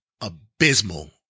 abysmal